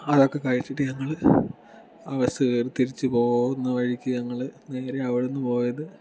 അതൊക്കെ കഴിച്ചിട്ട് ഞങ്ങൾ ആ ബസ് കയറി തിരിച്ച് പോകുന്ന വഴിക്ക് ഞങ്ങൾ നേരെ അവിടെ നിന്ന് പോയത്